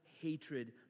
hatred